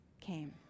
came